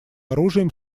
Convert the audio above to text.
оружием